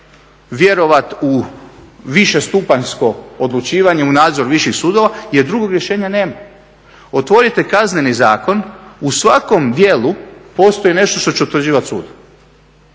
vjerovati u višestupanjsko odlučivanje, u nadzor viših sudova jer drugog rješenja nema. Otvorite Kazneni zakon, u svakom djelu postoji nešto što će utvrđivati sud.